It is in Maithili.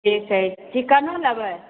ठीक छै चिकनो लेबै